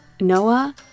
Noah